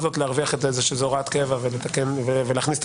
להרוויח את זה שזו הוראת קבע ולהכניס את